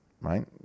right